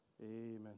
Amen